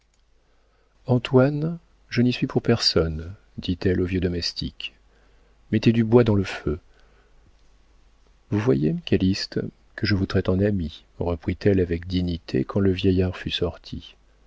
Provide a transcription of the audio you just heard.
antoine je n'y suis pour personne dit-elle au vieux domestique mettez du bois dans le feu vous voyez calyste que je vous traite en ami reprit-elle avec dignité quand le vieillard fut sorti